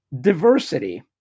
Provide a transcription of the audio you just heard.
Diversity